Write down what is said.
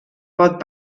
pot